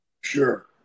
Sure